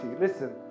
Listen